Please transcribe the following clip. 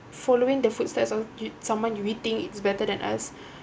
following the footsteps of someone you we think it's better than us